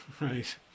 Right